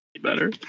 Better